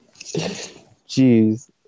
Jeez